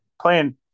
Playing